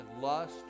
lust